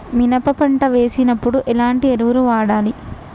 మినప పంట వేసినప్పుడు ఎలాంటి ఎరువులు వాడాలి?